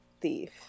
thief